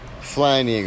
Flying